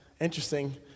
interesting